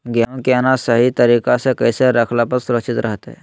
गेहूं के अनाज सही तरीका से कैसे रखला पर सुरक्षित रहतय?